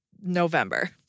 November